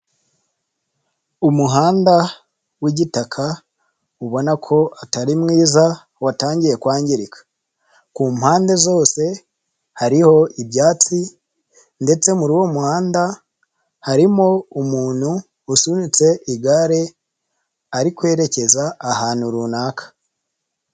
Umuhanda w'igitaka ubona ko atari mwiza watangiye kwangirika, kumpande zose hariho ibyatsi ndetse muri uwo muhanda, harimo umuntu usunitse igare, ari kwerekeza ahantu runaka.